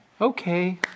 Okay